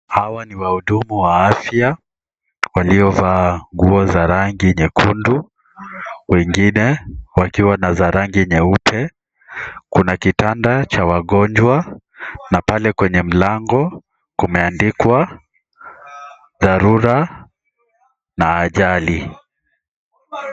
Hawa ni wahudumu wa afya, waliovaa nguo za rangi nyekundu, wengine wakiwa na za rangi nyeupe. Kuna kitanda cha wagonjwa na pale kwenye mlango, kumeandikwa dharura na ajali.